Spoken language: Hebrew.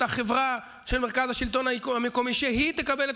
אותה חברה של מרכז השלטון המקומי שהיא שתקבל את